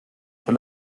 for